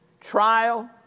trial